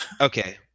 okay